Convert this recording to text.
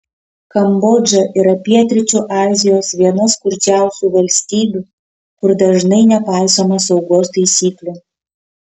kambodža yra pietryčių azijos viena skurdžiausių valstybių kur dažnai nepaisoma saugos taisyklių